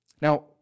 Now